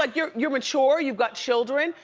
ah you're you're mature, you've got children.